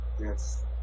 Yes